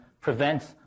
prevents